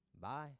bye